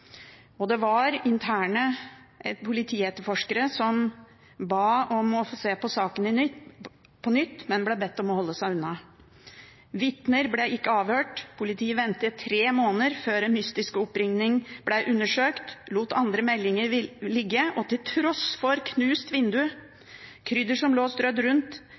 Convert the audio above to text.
Det var interne politietterforskere som ba om å få se på saken på nytt, men som ble bedt om å holde seg unna. Vitner ble ikke avhørt. Politiet ventet i tre måneder før en mystisk oppringning ble undersøkt, lot andre meldinger ligge, og til tross for knust vindu, krydder som lå strødd rundt,